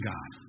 God